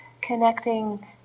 connecting